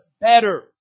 better